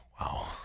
Wow